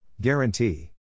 Guarantee